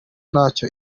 ntacyo